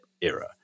era